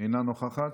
אינה נוכחת,